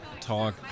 talk